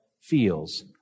feels